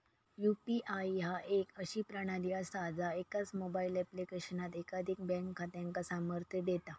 UPI ह्या एक अशी प्रणाली असा ज्या एकाच मोबाईल ऍप्लिकेशनात एकाधिक बँक खात्यांका सामर्थ्य देता